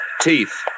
Teeth